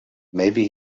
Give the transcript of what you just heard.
maybe